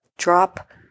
Drop